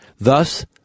Thus